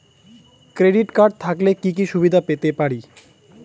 Credit card থাকলে কি কি সুবিধা পেতে পারি?